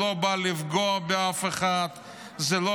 היא לא באה לפגוע באף אחד, היא לא